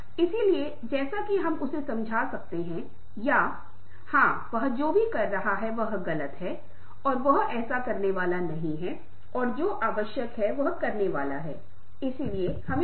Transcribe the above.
हमने इसे नहीं लिया लेकिन जैसा कि मैंने कहा कि भावनात्मक बुद्धिमत्ता एक ऐसी चीज है जिसे भरोसेमंद होने से जोड़ा जा सकता है